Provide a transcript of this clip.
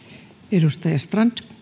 arvoisa